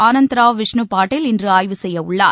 ஆனந்த்ராவ் விஷ்ணு பாட்டீல் இன்றுஆய்வு செய்யவுள்ளார்